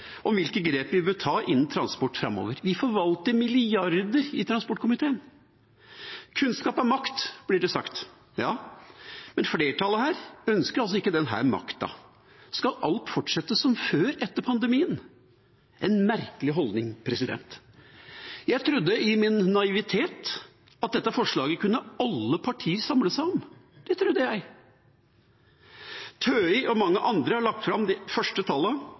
om hvilke grep vi bør ta innen transportsektoren framover. Vi forvalter milliarder i transportkomiteen. Kunnskap er makt, blir det sagt. Ja, men flertallet her ønsker altså ikke denne makten. Skal alt fortsette som før etter pandemien? Det er en merkelig holdning. Jeg trodde i min naivitet at dette forslaget kunne alle partier samle seg om. Det trodde jeg. TØI og mange andre har lagt fram de første